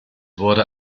wurde